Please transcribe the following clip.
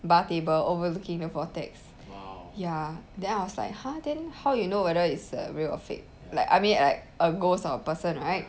bar table overlooking the vortex ya then I was like !huh! then how you know whether it's a real or fake like I mean like a ghost or person right